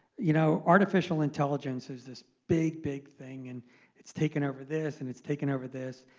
you know, artificial intelligence is this big, big thing. and it's taken over this, and it's taken over this.